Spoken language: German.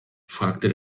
fragte